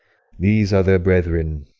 these are their brethren,